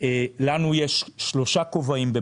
בבנק ישראל לנו יש שלושה כובעים,